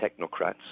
technocrats